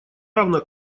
равно